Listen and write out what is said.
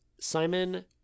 Simon